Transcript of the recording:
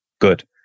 good